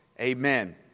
amen